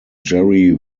jerry